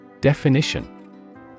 Definition